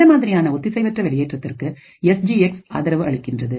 இந்த மாதிரியான ஒத்திசைவற்ற வெளியேற்றத்திற்கு எஸ் ஜி எக்ஸ் ஆதரவுக் அளிக்கின்றது